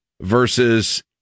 versus